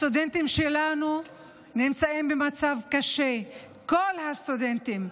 הסטודנטים שלנו נמצאים במצב קשה, כל הסטודנטים.